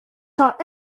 taught